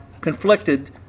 conflicted